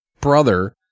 brother